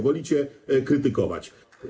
Wolicie krytykować.